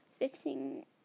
fixing